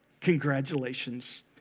congratulations